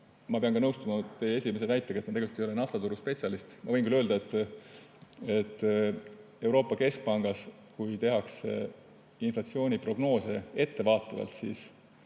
ma pean nõustuma teie esimese väitega, et ma ei ole naftaturu spetsialist. Ma võin küll öelda, et Euroopa Keskpangas, kui tehakse inflatsiooniprognoose, võetakse